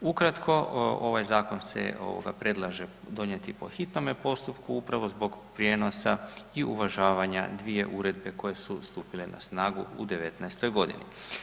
Ukratko, ovaj Zakon se, ovoga, predlaže donijeti po hitnome postupku upravo zbog prijenosa i uvažavanja dvije Uredbe koje su stupile na snagu u 2019.-oj godini.